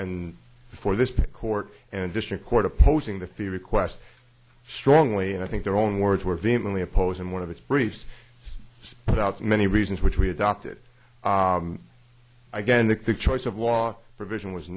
and before this court and district court opposing the fee request strongly and i think their own words were vehemently opposed in one of its briefs without many reasons which we adopted again the choice of law provision was